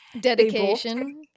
Dedication